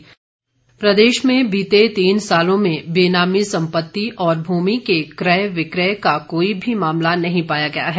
प्रश्नकाल प्रदेश में बीते तीन सालों में बेनामी संपत्ति और भूमि के क्रय विक्रय का कोई भी मामला नहीं पाया गया है